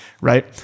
right